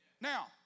Now